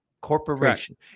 Corporation